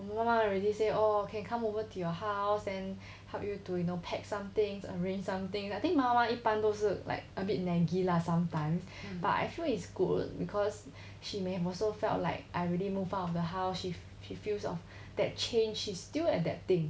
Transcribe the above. already say oh can come over to your house and help you to you know pack some things arrange some things I think 妈妈一般都是 like a bit naggy lah sometimes but I feel is good because she may also felt like I already move out of the house she she feels of that change is still adapting